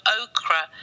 okra